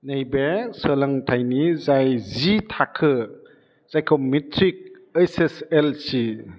नैबे सोलोंथाइनि जाय जि थाखो जायखौ मेट्रिक ओइस एस एल सि